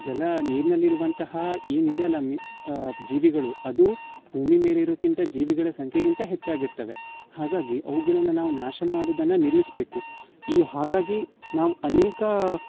ಜಲ ನೀರಿನಲ್ಲಿರುವಂತಹ ಏನಿದೆಯಲ್ಲ ಮಿ ಜೀವಿಗಳು ಅದು ಭೂಮಿ ಮೇಲಿರೋಕ್ಕಿಂತ ಜೀವಿಗಳ ಸಂಖ್ಯೆಗಿಂತ ಹೆಚ್ಚಾಗಿರ್ತವೆ ಹಾಗಾಗಿ ಅವುಗಳನ್ನು ನಾವು ನಾಶ ಮಾಡೋದನ್ನ ನಿಲ್ಲಿಸ್ಬೇಕು ಈ ಹಾಗಾಗಿ ನಾವು ಅನೇಕ